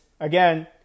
again